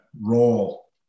role